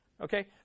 okay